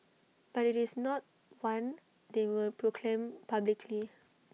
but IT is not one they will proclaim publicly